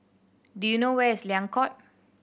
do you know where is Liang Court